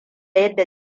yadda